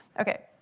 ok,